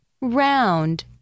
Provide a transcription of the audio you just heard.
round